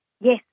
Yes